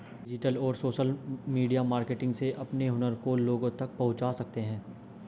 digital और social media marketing से अपने हुनर को लोगो तक पहुंचा सकते है